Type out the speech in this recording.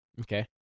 Okay